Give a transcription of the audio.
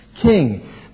king